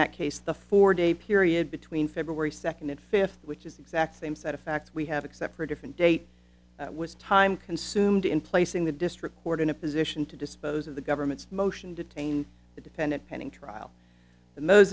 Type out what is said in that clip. that case the four day period between february second and fifth which is the exact same set of facts we have except for a different date was time consumed in placing the district court in a position to dispose of the government's motion detain the defendant pending trial th